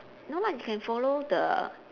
no lah you can follow the